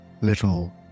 little